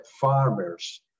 farmers